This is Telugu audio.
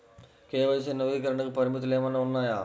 కే.వై.సి నవీకరణకి పరిమితులు ఏమన్నా ఉన్నాయా?